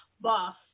boss